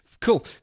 Cool